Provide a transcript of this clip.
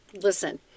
listen